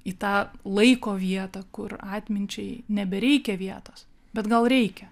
į tą laiko vietą kur atminčiai nebereikia vietos bet gal reikia